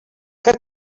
que